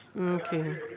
Okay